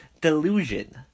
delusion